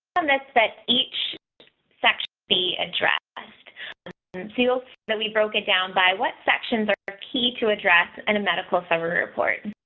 um let's set each section is addressed seals that we broke it down by what sections are are key to address in a medical summary report.